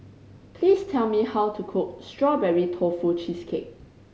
please tell me how to cook Strawberry Tofu Cheesecake